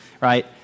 right